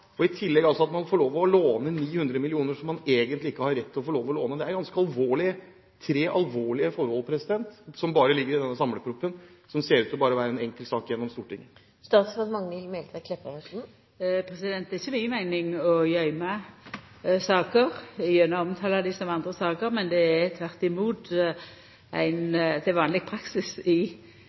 og i tillegg – hvordan får man lov til å låne 900 mill. kr som man egentlig ikke har rett til å låne? Det er egentlig tre ganske alvorlige forhold som ligger i denne samleproposisjonen, som ser ut til å være en enkel sak å få igjennom i Stortinget. Det er ikkje mi meining å gøyma saker gjennom å omtala dei som andre saker. Det er tvert imot vanleg praksis i